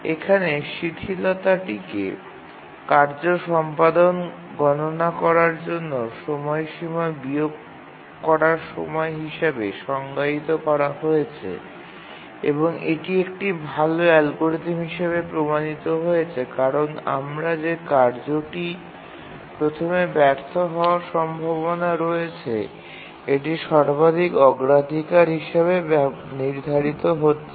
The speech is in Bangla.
এখানে শিথিলতাটিকে কার্য সম্পাদন গণনা করার জন্য সময়সীমা বিয়োগ করা সময় হিসাবে সংজ্ঞায়িত করা হয়েছে এবং এটি একটি ভাল অ্যালগরিদম হিসাবে প্রমাণিত হয়েছে কারণ আমরা যে কার্যটি প্রথমে ব্যর্থ হওয়ার সম্ভাবনা রয়েছে এটি সর্বাধিক অগ্রাধিকার হিসাবে নির্ধারিত হচ্ছে